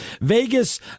Vegas